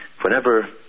Whenever